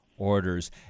orders